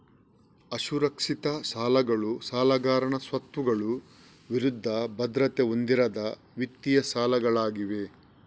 ಅಸುರಕ್ಷಿತ ಸಾಲಗಳು ಸಾಲಗಾರನ ಸ್ವತ್ತುಗಳ ವಿರುದ್ಧ ಭದ್ರತೆ ಹೊಂದಿರದ ವಿತ್ತೀಯ ಸಾಲಗಳಾಗಿವೆ